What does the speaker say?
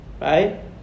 Right